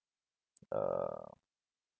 uh